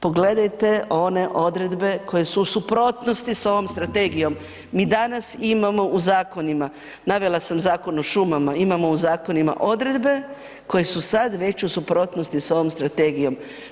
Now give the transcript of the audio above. Pogledajte one odredbe koje su u suprotnosti s ovom Strategijom, mi danas imamo u zakonima, navela sam Zakon o šumama, imamo u zakonima odredbe koje su sad već u suprotnosti s ovom Strategijom.